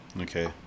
Okay